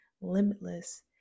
limitless